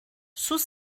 sous